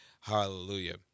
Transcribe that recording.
Hallelujah